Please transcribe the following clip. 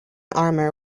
armour